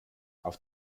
auf